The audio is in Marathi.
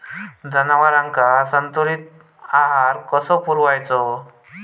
जनावरांका संतुलित आहार कसो पुरवायचो?